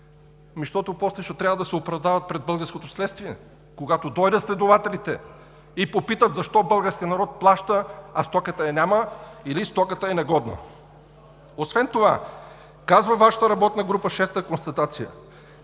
защото после ще трябва да се оправдават пред българското следствие, когато дойдат следователите и попитат защо българския народ плаща, а стоката я няма, или стоката е негодна. Освен това, казва Вашата работна група, шеста констатация: